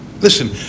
Listen